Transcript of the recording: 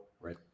Right